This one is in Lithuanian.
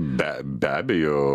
be be abejo